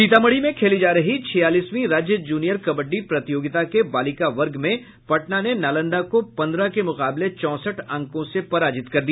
सीतामढ़ी में खेली जा रही छियालीसवीं राज्य जूनियर कबड्डी प्रतियोगिता के बालिका वर्ग में पटना ने नालंदा को पन्द्रह के मुकाबले चौंसठ अंकों से पराजित कर दिया